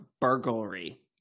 burglary